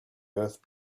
earth